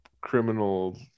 criminal